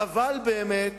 חבל באמת